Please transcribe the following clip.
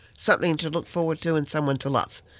something to look forward to and someone to love.